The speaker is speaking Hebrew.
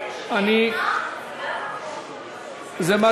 --- זה מה